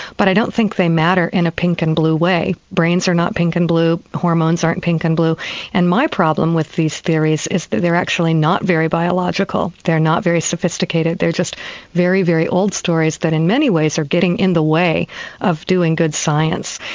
but i don't think they matter in a pink and blue way. brains are not pink and blue, hormones aren't pink and blue and my problem with these theories is that they are actually not very biological, they are not very sophisticated, they are just very, very old stories that in many ways are getting in the way of doing good science.